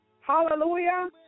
hallelujah